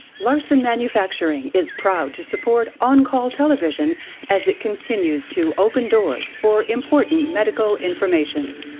larson manufacturing is proud to support on call television as it continues to open doors for important medical information.